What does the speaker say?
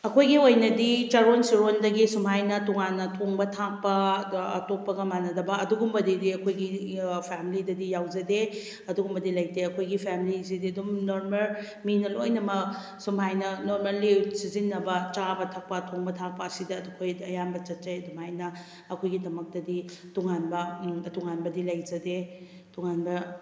ꯑꯩꯈꯣꯏꯒꯤ ꯑꯣꯏꯅꯗꯤ ꯆꯥꯔꯣꯟ ꯁꯨꯔꯣꯟꯗꯒꯤ ꯁꯨꯃꯥꯏꯅ ꯇꯣꯉꯥꯟꯅ ꯊꯣꯡꯕ ꯊꯥꯛꯄ ꯑꯇꯣꯞꯄꯒ ꯃꯥꯟꯅꯗꯕ ꯑꯗꯨꯒꯨꯝꯕꯗꯗꯤ ꯑꯩꯈꯣꯏꯒꯤ ꯐꯦꯃꯤꯂꯤꯗꯗꯤ ꯌꯥꯎꯖꯗꯦ ꯑꯗꯨꯒꯨꯝꯕꯗꯤ ꯂꯩꯇꯦ ꯑꯩꯈꯣꯏꯒꯤ ꯐꯦꯃꯦꯁꯤꯗꯤ ꯑꯗꯨꯝ ꯅꯣꯔꯃꯦꯔ ꯃꯤꯅ ꯂꯣꯏꯅꯃꯛ ꯁꯨꯃꯥꯏꯅ ꯅꯣꯔꯃꯦꯜꯂꯤ ꯁꯤꯖꯤꯟꯅꯕ ꯆꯥꯕ ꯊꯛꯄ ꯊꯣꯡꯕ ꯊꯥꯛꯄꯁꯤꯗ ꯑꯩꯈꯣꯏ ꯑꯌꯥꯝꯕ ꯆꯠꯆꯩ ꯑꯗꯨꯃꯥꯏꯅ ꯑꯩꯈꯣꯏꯒꯤꯗꯃꯛꯇꯗꯤ ꯇꯣꯉꯥꯟꯕ ꯇꯣꯉꯥꯟꯕꯗꯤ ꯂꯩꯖꯗꯦ ꯇꯣꯉꯥꯟꯕ